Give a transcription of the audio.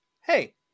Hey